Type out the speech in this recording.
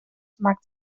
maakt